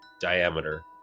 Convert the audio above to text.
diameter